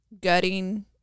gutting